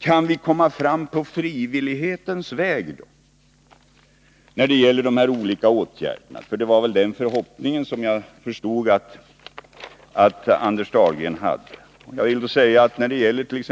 Kan vi då komma fram på frivillighetens väg när det gäller de här olika åtgärderna? Jag förstod att det var den förhoppningen som Anders Dahlgren hade. Jag vill när det gäller t.ex.